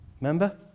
Remember